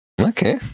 Okay